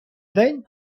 день